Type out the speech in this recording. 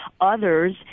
others